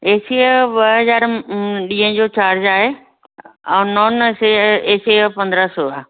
AC जो ॿ हज़ार ॾींहं जो चार्ज आहे ऐं नॉन एसी एसीअ जो पंद्रहं सौ आहे